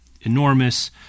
enormous